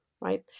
right